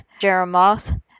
Jeremoth